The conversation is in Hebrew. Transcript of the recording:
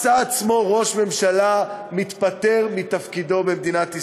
מצא עצמו ראש ממשלה מתפטר מתפקידו במדינת ישראל.